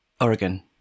Oregon